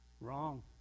wrong